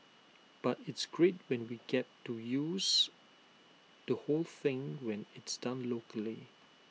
but it's great when we get to use the whole thing when it's done locally